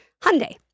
Hyundai